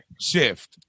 shift